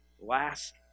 last